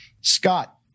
Scott